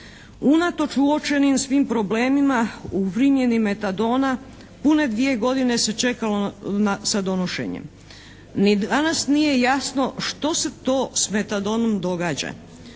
Unatoč uočenim svim problemima u primjeni Metadona pune dvije godine se čekalo sa donošenjem. Ni danas nije jasno što se to s Metadonom događa?